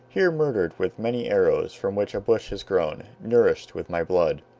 here murdered with many arrows, from which a bush has grown, nourished with my blood.